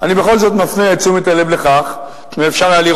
אני בכל זאת מפנה את תשומת הלב לכך,